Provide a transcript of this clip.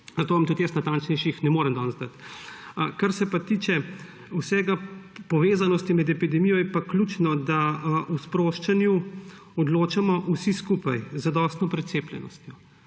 Zato vam tudi jaz natančnejših ne morem danes dati. Kar se pa tiče povezanosti med epidemijo, je pa ključno, da o sproščanju odločamo vsi skupaj z zadostno precepljenostjo.